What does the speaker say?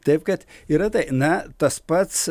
taip kad yra tai na tas pats